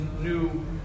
new